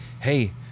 hey